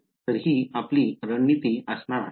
तर ती आपली रणनीती असणार आहे